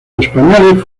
españoles